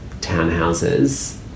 townhouses